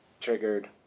triggered